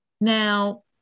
Now